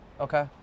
okay